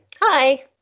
Hi